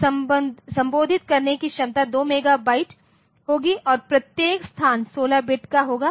तो संबोधित करने की क्षमता 2 मेगाबाइट होगी और प्रत्येक स्थान 16 बिट्स का होगा